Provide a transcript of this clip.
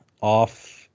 off